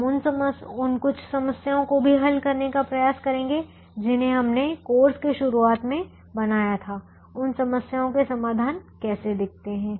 हम उन कुछ समस्याओं को भी हल करने का प्रयास करेंगे जिन्हें हमने कोर्स के शुरुआत में बनाया था उन समस्याओं के समाधान कैसे दिखते हैं